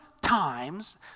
times